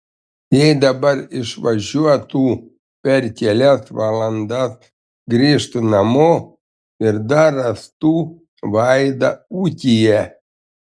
jei dabar išvažiuotų per kelias valandas grįžtų namo ir dar rastų vaidą ūkyje